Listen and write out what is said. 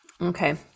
Okay